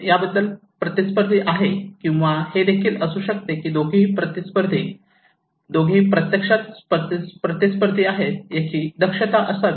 याबद्दल प्रतिस्पर्धी आहे किंवा हे देखील असू शकते की दोघेही प्रत्यक्षात प्रतिस्पर्धी आहेत त्याची स्पष्टता असावी